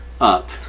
up